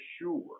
sure